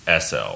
SL